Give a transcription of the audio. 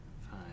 five